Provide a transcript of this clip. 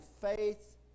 faith